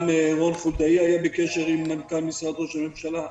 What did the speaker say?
גם רון חולדאי היה בקשר עם מנכ"ל משרד ראש הממשלה.